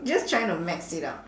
just trying to max it out